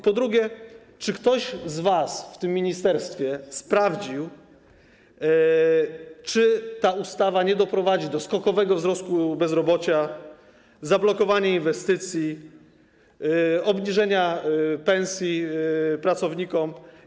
Po drugie: Czy ktoś z was w ministerstwie sprawdził, czy ta ustawa nie doprowadzi do skokowego wzrostu bezrobocia, zablokowania inwestycji, obniżenia pensji pracownikom?